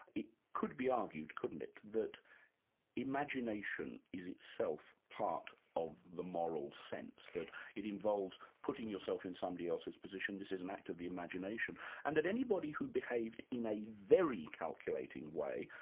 it could be argued couldn't it that imagination is itself part of the moral sense, that it involves putting yourself in somebody else's position, this is an act of the imagination and that anybody who behaved in a very calculating way,